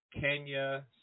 Kenya